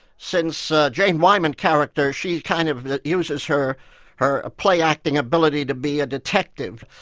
since jane wyman's character, she kind of uses her her ah play-acting ability to be a detective.